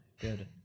good